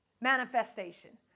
manifestation